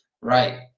Right